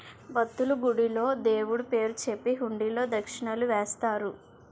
భక్తులు, గుడిలో దేవుడు పేరు చెప్పి హుండీలో దక్షిణలు వేస్తారు